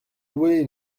louer